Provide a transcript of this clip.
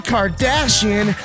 Kardashian